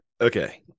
Okay